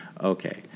Okay